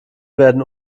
werden